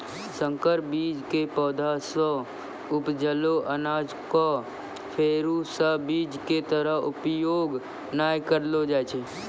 संकर बीज के पौधा सॅ उपजलो अनाज कॅ फेरू स बीज के तरह उपयोग नाय करलो जाय छै